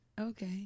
Okay